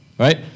Right